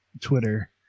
Twitter